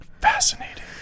fascinating